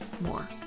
more